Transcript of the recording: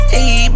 Hey